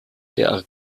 der